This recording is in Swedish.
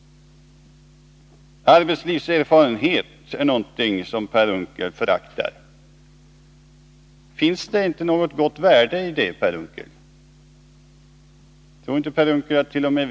Arbetslivserfarenhet är någonting som Per Unckel föraktar. Men finns det inte något av värde i den, Per Unckel? Tror inte Per Unckel attt.o.m.